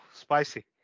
Spicy